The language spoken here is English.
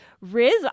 Riz